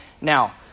Now